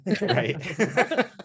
Right